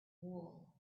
wool